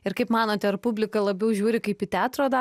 ir kaip manote ar publika labiau žiūri kaip į teatro